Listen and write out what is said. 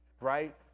right